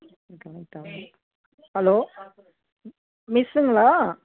hello மிஸ்ஸுங்களா